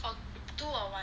for two or one